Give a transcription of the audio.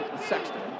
Sexton